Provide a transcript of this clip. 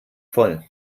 voll